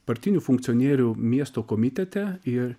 partinių funkcionierių miesto komitete ir